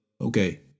okay